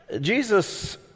Jesus